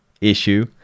Issue